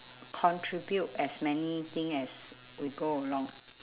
contribute as many thing as we go along